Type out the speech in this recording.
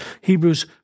Hebrews